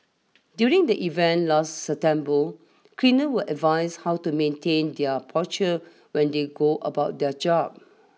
during the event last September cleaners were advised how to maintain their posture when they go about their job